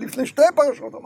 לפני שתי פרשות אמרנו.